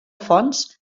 fonts